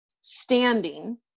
standing